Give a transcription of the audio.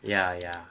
ya ya